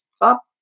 up